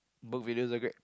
both videos are great